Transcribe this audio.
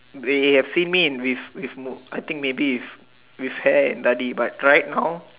we uh think mean with with more I think may leave we see that may dry on